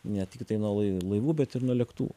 ne tiktai nuo lai laivų bet ir nuo lėktuvų